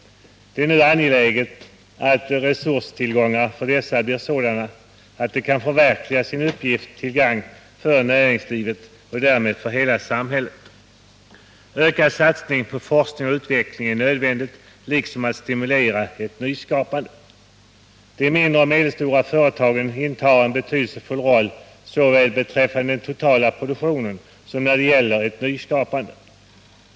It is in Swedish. Det är nu angeläget att resurstillgångarna för dessa blir sådana att de kan förverkliga sin uppgift till gagn för näringslivet och därmed för hela samhället. Ökad satsning på forskning och utveckling är nödvändigt, liksom att stimulera ett nyskapande. De mindre och medelstora företagen spelar en betydelsefull roll, såväl beträffande den totala produktionen som när det gäller ett nyskapande.